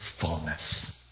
fullness